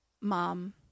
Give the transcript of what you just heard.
mom